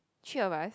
three of us